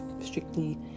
strictly